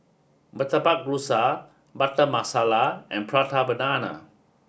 Murtabak Rusa Butter Masala and Prata Banana